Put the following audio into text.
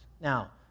Now